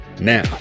Now